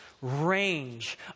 range